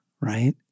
right